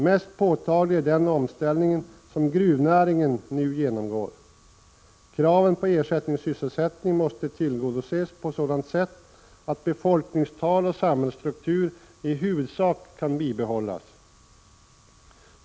Mest påtaglig är den omställning som gruvnäringen nu genomgår. Kraven på ersättningssysselsättning måste tillgodoses på sådant sätt att befolkningstal och samhällsstruktur i huvudsak kan bibehållas.